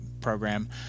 program